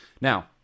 Now